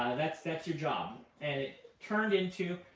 that's that's your job. and it turned into,